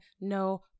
No